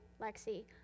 Lexi